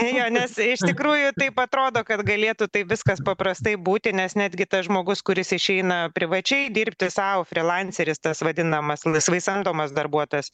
jo nes iš tikrųjų taip atrodo kad galėtų taip viskas paprastai būti nes netgi tas žmogus kuris išeina privačiai dirbti sau frylanceris tas vadinamas laisvai samdomas darbuotojas